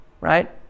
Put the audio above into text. right